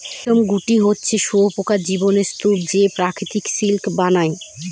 রেশমের গুটি হচ্ছে শুঁয়োপকার জীবনের স্তুপ যে প্রকৃত সিল্ক বানায়